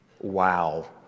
Wow